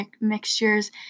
mixtures